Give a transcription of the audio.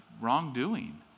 wrongdoing